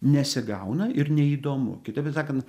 nesigauna ir neįdomu kitaip sakant